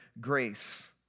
grace